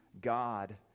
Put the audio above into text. God